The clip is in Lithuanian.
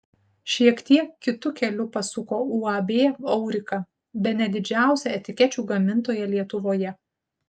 šiek tiek kitu keliu pasuko uab aurika bene didžiausia etikečių gamintoja lietuvoje